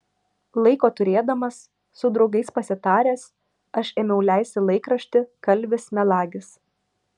laiko turėdamas su draugais pasitaręs aš ėmiau leisti laikraštį kalvis melagis